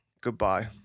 Goodbye